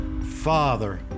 father